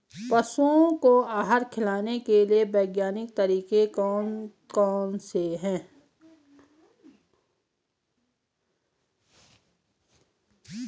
पशुओं को आहार खिलाने के लिए वैज्ञानिक तरीके कौन कौन से हैं?